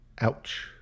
Ouch